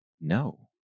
No